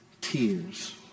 tears